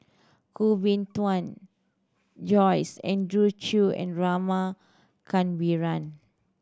Koh Bee Tuan Joyce Andrew Chew and Rama Kannabiran